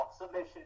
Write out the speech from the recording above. submission